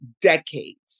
decades